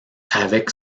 avec